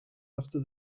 after